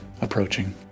approaching